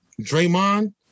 Draymond